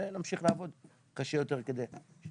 ונמשיך לעבוד קשה יותר כדי להשתפר.